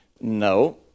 No